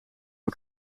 wil